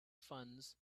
funds